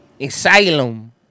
Asylum